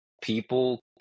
people